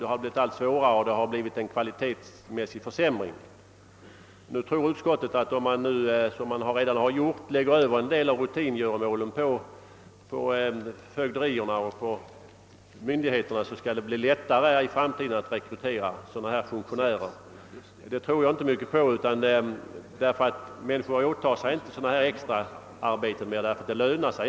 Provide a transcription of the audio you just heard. Det har blivit allt svårare och en kvalitetsmässig försämring har inträtt. Nu tror utskottet att om man, som redan gjorts, lägger över en del av rutingöromålen på fögderierna och myndigheterna skall det bli lättare att i framtiden rekrytera dessa funktionärer. Men det tror jag inte mycket på, ty människor vill inte åta sig sådana extraarbeten, eftersom det inte lönar sig.